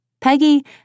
Peggy